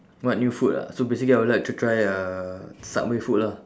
what new food ah so basically I would like to try uh subway food lah